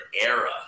era